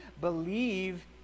believe